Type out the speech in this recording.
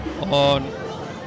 on